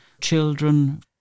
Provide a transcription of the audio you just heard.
children